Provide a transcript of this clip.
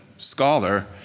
Scholar